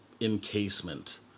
encasement